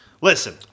Listen